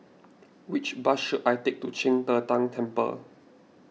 which bus should I take to Qing De Tang Temple